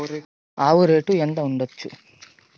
ఆవు రేటు ఎంత ఉండచ్చు?